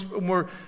more